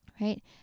Right